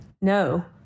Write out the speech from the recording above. No